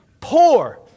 poor